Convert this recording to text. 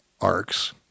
arcs